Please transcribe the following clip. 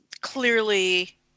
clearly